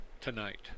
Tonight